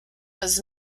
was